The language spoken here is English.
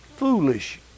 Foolish